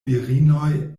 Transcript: virinoj